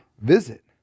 visit